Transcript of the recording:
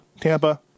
Tampa